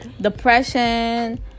depression